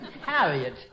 Harriet